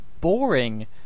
boring